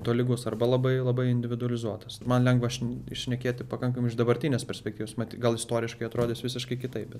tolygus arba labai labai individualizuotas man lengva šn šnekėti pakankamai iš dabartinės perspektyvos mat gal istoriškai atrodys visiškai kitaip bet